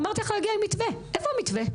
אמרתי לך להגיע עם מתווה איפה המתווה?